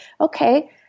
okay